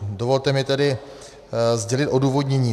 Dovolte mi tedy sdělit odůvodnění.